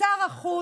שר החוץ,